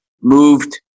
moved